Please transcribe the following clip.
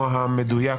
המדויק: